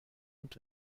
und